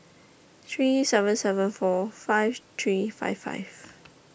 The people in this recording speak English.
three seven seven four five three five five